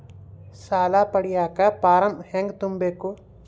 ಸಾಲ ಪಡಿಯಕ ಫಾರಂ ಹೆಂಗ ತುಂಬಬೇಕು?